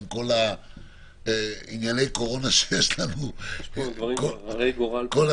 עם כל ענייני הקורונה שיש לנו כל הזמן.